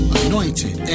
anointed